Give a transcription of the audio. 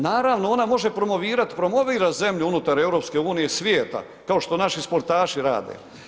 Naravno ona može promovirat, promovirat zemlju unutar EU i svijeta, kao što naši sportaši rade.